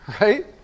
right